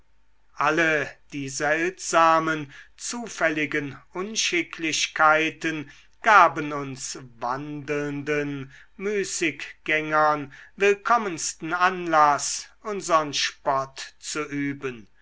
alle die seltsamen zufälligen unschicklichkeiten gaben uns wandelnden müßiggängern willkommensten anlaß unsern spott zu üben